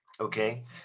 Okay